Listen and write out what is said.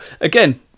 again